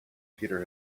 peter